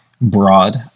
broad